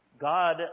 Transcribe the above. God